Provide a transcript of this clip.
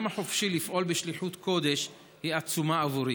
החופשי לפעול בשליחות קודש היא עצומה עבורי.